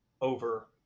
over